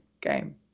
game